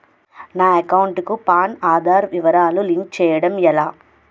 నా అకౌంట్ కు పాన్, ఆధార్ వివరాలు లింక్ చేయటం ఎలా?